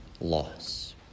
loss